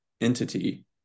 entity